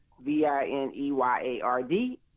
V-I-N-E-Y-A-R-D